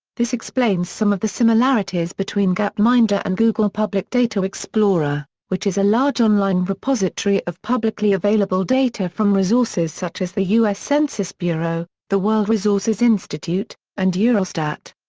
this explains some of the similarities between gapminder and google public data explorer, which is a large online repository of publicly available data from resources such as the u s. census bureau, the world resources institute, and eurostat.